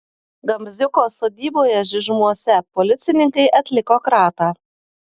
gamziuko sodyboje žižmuose policininkai atliko kratą